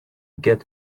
get